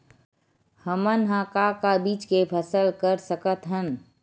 हमन ह का का बीज के फसल कर सकत हन?